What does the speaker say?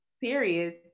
period